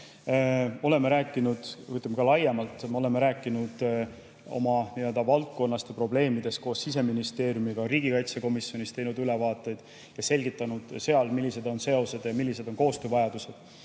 Oleme rääkinud ka laiemalt, me oleme rääkinud oma valdkonnast ja probleemidest Siseministeeriumiga, riigikaitsekomisjonis teinud ülevaateid ja selgitanud seal, millised on seosed ja millised on koostöövajadused. Aga